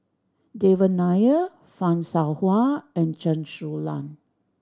Devan Nair Fan Shao Hua and Chen Su Lan